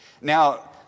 Now